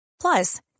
Plus